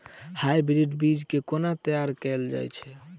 Hybrid बीज केँ केना तैयार कैल जाय छै?